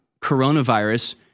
coronavirus